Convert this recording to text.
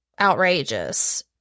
outrageous